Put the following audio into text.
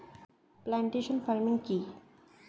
Plantation farming কি?